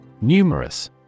Numerous